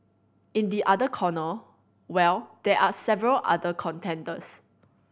in the other corner well there are several other contenders